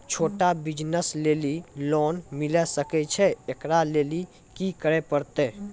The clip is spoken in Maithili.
छोटा बिज़नस लेली लोन मिले सकय छै? एकरा लेली की करै परतै